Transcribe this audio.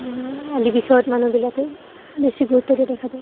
আদি বিষয়ত মানুহবিলাকে বেছি গুৰুত্ব দিয়া দেখা যায়